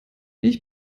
ich